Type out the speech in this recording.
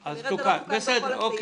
להיום, כנראה שזה לא תוקן בכל הסעיפים.